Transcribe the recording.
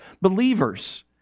believers